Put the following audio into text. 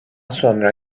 sonra